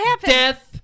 death